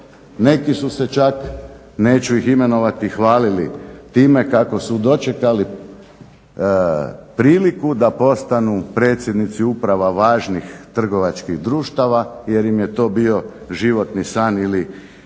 Neki su se čak, neću ih imenovati, hvalili time kako su dočekali priliku da postanu predsjednici uprava važnih trgovačkih društava jer im je to bio životni san, ili